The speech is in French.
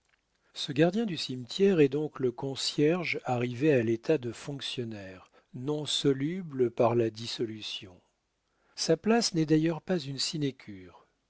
ce gardien du cimetière est donc le concierge arrivé à l'état de fonctionnaire non soluble par la dissolution sa place n'est d'ailleurs pas une sinécure